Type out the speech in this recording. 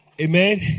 Amen